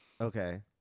Okay